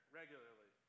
regularly